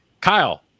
Kyle